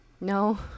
No